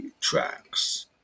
Tracks